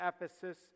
Ephesus